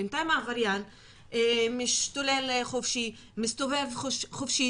בינתיים העבריין משתולל חופשי, מסתובב חופשי.